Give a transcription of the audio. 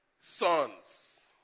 sons